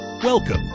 Welcome